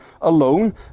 alone